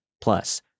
Plus